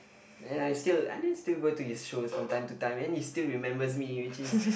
and I still and I still go to his shows from time to time and he still remembers me which is